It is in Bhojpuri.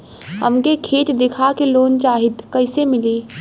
हमके खेत देखा के लोन चाहीत कईसे मिली?